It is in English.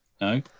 No